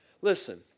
Listen